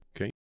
okay